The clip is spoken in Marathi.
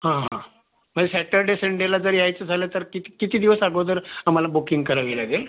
हां हां म्हणजे सॅटर्डे संडेला जर यायचं झालं तर किती किती दिवस अगोदर आम्हाला बुकिंग करावी लागेल